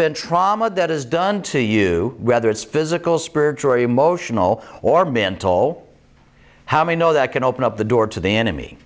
been trauma that is done to you whether it's physical spiritual emotional or mental how may know that can open up the door to the enemy